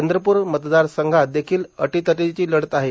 चंद्रपूर मतदारसंघात देखिल अटीतटीची लढत आहे